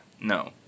no